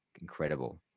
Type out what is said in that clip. incredible